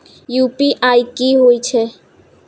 UPI की होई छै?